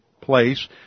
place